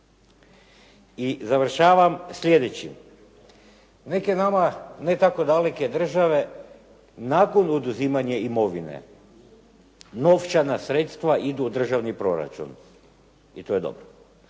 I završavam slijedećim. Neke nama ne tako daleke države nakon oduzimanja imovine novčana sredstva idu u državni proračun i to je dobro.